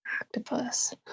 octopus